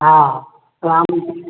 हा राम